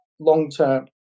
long-term